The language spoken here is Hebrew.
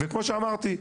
וכמו שאמרתי,